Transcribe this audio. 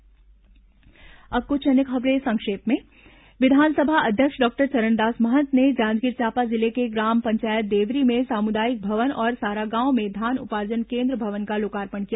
संक्षिप्त समाचार अब कुछ अन्य खबरें संक्षिप्त में विधानसभा अध्यक्ष डॉक्टर चरणदास महंत ने जांजगीर चांपा जिले के ग्राम पंचायत देवरी में सामुदायिक भवन और सारागांव में धान उपार्जन केन्द्र भवन का लोकार्पण किया